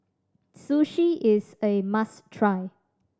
sushi is a must try